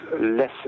less